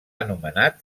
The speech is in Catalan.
anomenat